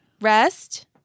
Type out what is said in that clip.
Rest